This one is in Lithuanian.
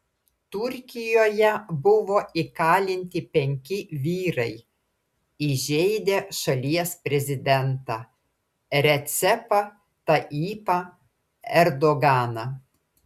turkijoje buvo įkalinti penki vyrai įžeidę šalies prezidentą recepą tayyipą erdoganą